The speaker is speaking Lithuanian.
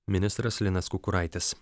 ministras linas kukuraitis